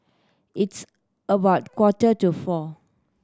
its about quarter to four